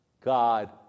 God